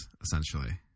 essentially